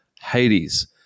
Hades